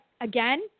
again